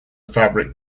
fabric